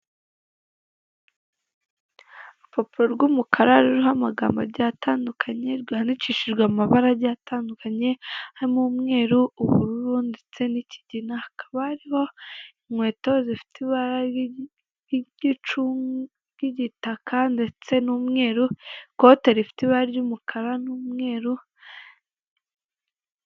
Urupapuro rw'umukara ruriho amagambo agiye atandukanye rwandikishijwe mu mabara agiye atandukanye harimo umweru, ubururu ndetse n'ikigina, hakaba hariho inkweto zifite ibara ry'icunga, ry'igitaka ndetse n'umweru ikote rifite ibara ry'umukara n'umweru.